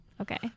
Okay